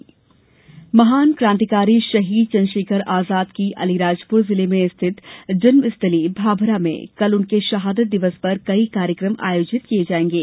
चन्द्रशेखर आजाद महान क्रांतिकारी शहीद चंद्रशेखर आजाद की अलीराजपुर जिले में स्थित जन्मस्थली भाभरा में कल उनके शहादत दिवस पर कई कार्यक्रम आयोजित किए जाएंगे